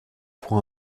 pour